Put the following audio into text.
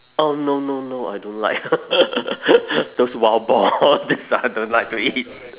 oh no no no I don't like those wild boar all this I don't like to eat